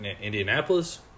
Indianapolis